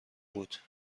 بود